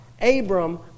Abram